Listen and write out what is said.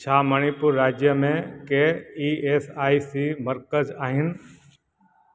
छा मणिपुर राज्य में के ई एस आई सी मर्कज़ आहिनि